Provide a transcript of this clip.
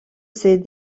ses